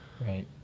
Right